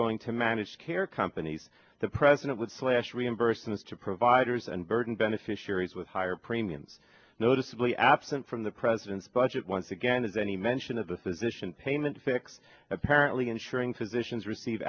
going to managed care companies the president would slash reimbursements to providers and burden beneficiaries with higher premiums noticeably absent from the president's budget once again is any mention of the physician payment fix apparently ensuring physicians receive